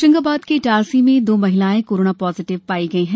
होशंगाबाद के इटारसी में दो महिलाएं कोरोना पॉज़िटिव आयीं हैं